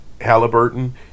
Halliburton